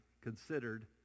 considered